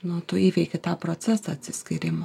nu tu įveiki tą procesą atsiskyrimo